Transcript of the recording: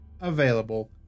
available